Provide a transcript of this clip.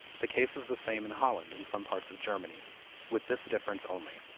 the case is the same in holland and some parts of germany with this difference only,